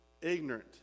ignorant